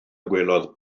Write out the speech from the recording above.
gwelodd